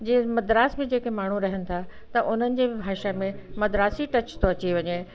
जीअं मद्रास में जेके माण्हू रहनि था त हुननि जे बि भाषा में मद्रासी टच थो अची वञे